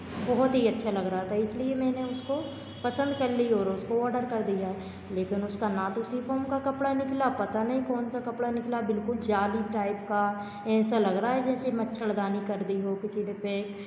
बहुत ही अच्छा लग रहा था इसलिए मैंने उसको पसंद कर ली और उसको ऑर्डर कर दिया लेकिन उसका ना तो शिफॉन कपड़ा निकला पता नहीं कौन सा कपड़ा निकला बिल्कुल जाली टाइप का ऐसा लग रहा है जैसे मच्छड़दानी कर दी हो किसी